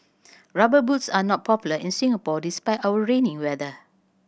Rubber Boots are not popular in Singapore despite our rainy weather